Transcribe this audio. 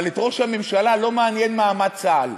אבל את ראש הממשלה לא מעניין מעמד צה"ל.